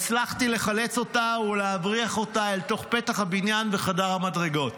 הצלחתי לחלץ אותה ולהבריח אותה אל תוך פתח הבניין וחדר המדרגות.